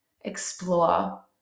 explore